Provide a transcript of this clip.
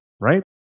right